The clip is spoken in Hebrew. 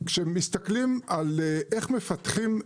כשמסתכלים על איך מפתחים,